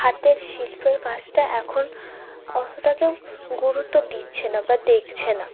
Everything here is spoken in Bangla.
হাতের শিল্পর কাজটা এখন অতটা কেউ গুরুত্ব দিচ্ছে না বা দেখছে না